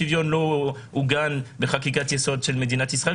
השוויון לא עוגן בחקיקת יסוד של מדינת ישראל,